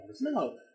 no